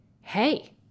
hey